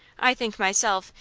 i think, myself,